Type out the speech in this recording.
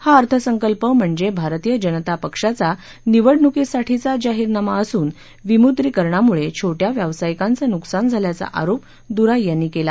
हा अर्थसंकल्प म्हणजे भारतीय जनता पक्षाचा निवडणुकीसाठीचा जाहीरनामा असून विमुद्रीकरणामुळे छोट्या व्यवसायिकांचं नुकसान झाल्याचा आरोप दुराई यांनी केला